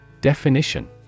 Definition